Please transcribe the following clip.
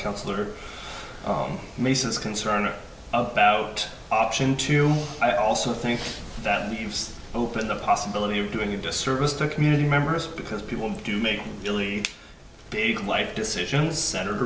counselor mason's concern about option two i also think that leaves open the possibility of doing a disservice to community members because people do make really big life decisions centered